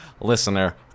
listener